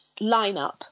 lineup